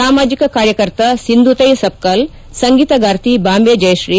ಸಾಮಾಜಿಕ ಕಾರ್ಯಕರ್ತ ಸಿಂದುತೈ ಸವ್ಮಾಲ್ ಸಂಗೀತಗಾರ್ತಿ ಬಾಂಬೆ ಜಯತ್ರೀ